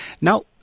Now